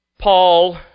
Paul